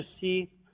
see